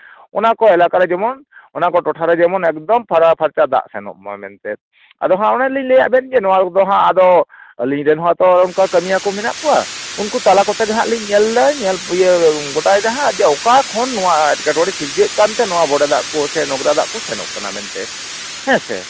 ᱚᱱᱟ ᱠᱚ ᱮᱞᱟᱠᱟ ᱨᱮ ᱡᱮᱢᱚᱱ ᱚᱱᱟ ᱠᱚ ᱴᱚᱴᱷᱟ ᱨᱮ ᱡᱮᱢᱚᱱ ᱮᱠᱫᱚᱢ ᱯᱷᱟᱨᱟ ᱯᱷᱟᱨᱪᱟ ᱫᱟᱜ ᱥᱮᱱᱚᱜ ᱢᱟ ᱢᱮᱱᱛᱮ ᱟᱫᱚ ᱦᱟᱸᱜ ᱚᱱᱮ ᱞᱤᱧ ᱞᱟᱹᱭᱟᱫ ᱵᱮᱱ ᱡᱮ ᱱᱚᱣᱟ ᱨᱳᱜᱽ ᱫᱚ ᱦᱟᱸᱜ ᱟᱫᱚ ᱟᱞᱤᱧ ᱨᱮᱱ ᱦᱚᱸᱛᱚ ᱚᱱᱠᱟ ᱠᱟᱹᱢᱭᱟᱹ ᱠᱚ ᱢᱮᱱᱟᱜ ᱠᱚᱣᱟ ᱩᱱᱠᱩ ᱛᱟᱞᱟ ᱠᱚᱛᱮ ᱜᱮ ᱦᱟᱸᱜ ᱞᱤᱧ ᱧᱮᱞᱫᱟ ᱧᱮᱞ ᱜᱚᱴᱟᱭ ᱫᱟ ᱦᱟᱸᱜ ᱡᱮ ᱚᱠᱟ ᱠᱷᱚᱱ ᱱᱚᱣᱟ ᱮᱴᱠᱮᱴᱚᱬᱮ ᱥᱤᱨᱡᱟᱹᱜ ᱠᱟᱱᱛᱮ ᱱᱚᱣᱟ ᱵᱚᱰᱮ ᱫᱟᱜ ᱠᱚ ᱥᱮ ᱱᱚᱝᱨᱟ ᱫᱟᱜ ᱠᱚ ᱥᱮᱱᱚᱜ ᱠᱟᱱᱟ ᱢᱮᱱᱛᱮ ᱦᱮᱸᱥᱮ